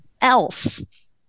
else